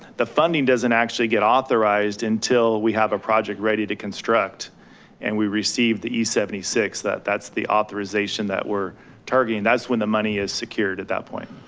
the funding doesn't actually get authorized until we have a project ready to construct and we received the e seventy six that's the authorization that we're targeting. that's when the money is secured at that point.